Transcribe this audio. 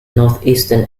northeastern